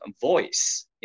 voice